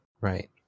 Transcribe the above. right